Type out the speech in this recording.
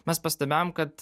mes pastebėjom kad